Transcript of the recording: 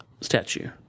statue